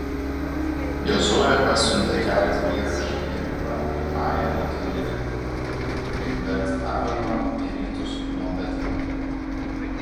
jozuė pasiuntė keletą vyrų iš jericho į ają netoli bet aveno į rytus nuo betelio